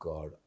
God